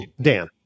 Dan